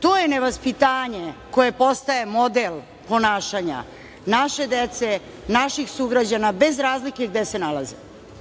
To je nevaspitanje, koje postaje model ponašanja naše dece, naših sugrađana, bez razlike gde se nalazili.